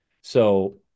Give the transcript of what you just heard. So-